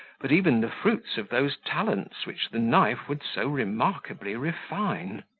but even the fruits of those talents which the knife would so remarkably refine.